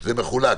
זה מחולק.